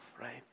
right